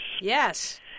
Yes